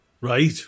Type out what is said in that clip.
Right